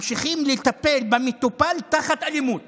ממשיכים לטפל במטופל תחת אלימות